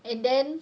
and then